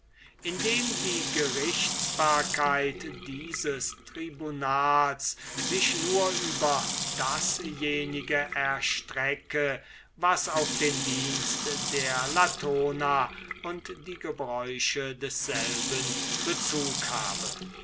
indem die gerichtsbarkeit dieses tribunals sich nur über dasjenige erstrecke was auf den dienst der latona und die gebräuche desselben bezug habe